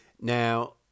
now